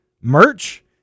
merch